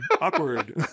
Awkward